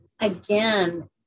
Again